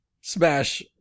Smash